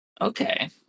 Okay